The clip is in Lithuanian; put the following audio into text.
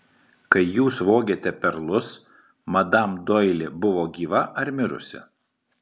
kai jūs vogėte perlus madam doili buvo gyva ar mirusi